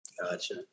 Gotcha